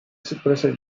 suppressor